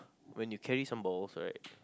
when you carry some balls right